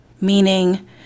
meaning